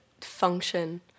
function